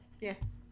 yes